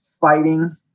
fighting